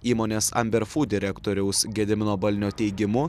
įmonės amber food direktoriaus gedimino balnio teigimu